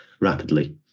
rapidly